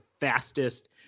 fastest